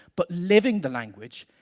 but living the language,